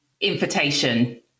invitation